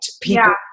people